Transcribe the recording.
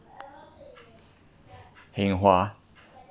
henghua